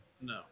No